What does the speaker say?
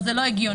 זה לא הגיוני.